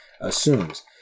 assumes